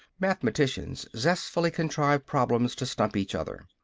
mathematicians zestfully contrive problems to stump each other.